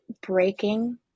breaking